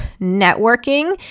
networking